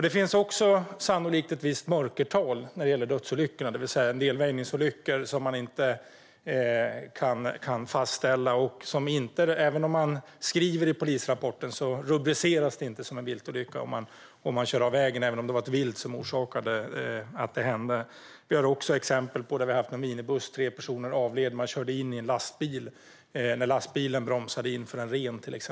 Det finns sannolikt också ett visst mörkertal när det gäller dödsolyckorna. Det finns en del väjningsolyckor där man inte kan fastställa detta. Det rubriceras inte som en viltolycka om man kör av vägen, även om det var ett vilt som orsakade att det hände och även om det skrivs i polisrapporten. Vi har också exempel som gäller en minibuss. Tre personer avled då de körde in i en lastbil som bromsade in för en ren.